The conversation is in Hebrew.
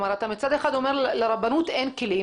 אתה מצד אחד אומר שלרבנות אין כלים,